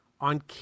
On